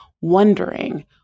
Wondering